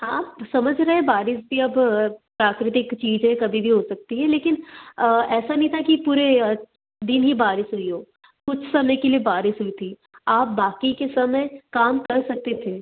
आप समझ रहे हैं बारिश भी अब प्राकृतिक चीज़ है कभी भी हो सकती है लेकिन ऐसा नहीं था कि पूरे दिन ही बारिश हुई हो कुछ समय के लिए बारिश हुई थी आप बाकी के समय काम कर सकते थे